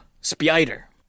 Spider